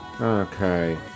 Okay